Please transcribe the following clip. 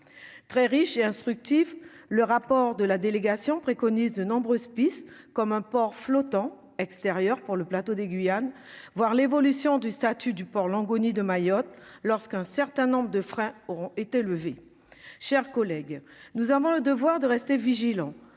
très riche et instructif, le rapport de la délégation préconise de nombreuses pistes comme un port flottant extérieur pour le plateau des Guyanes voir l'évolution du statut du port Longoni de Mayotte, lorsqu'un certain nombre de freins auront été levé, chers collègues, nous avons le devoir de rester vigilant